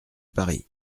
paris